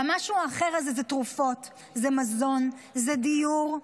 והמשהו האחר הזה זה תרופות, זה מזון, זה דיור.